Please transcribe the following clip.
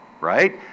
right